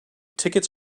tickets